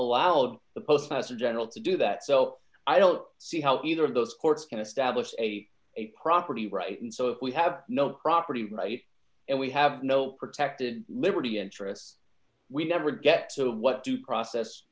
allowed the postmaster general to do that so i don't see how either of those courts can establish a a property right and so we have no property right and we have no protected liberty interests we never get sort of what due process